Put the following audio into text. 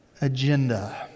agenda